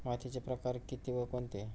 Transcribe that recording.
मातीचे प्रकार किती व कोणते?